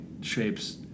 shapes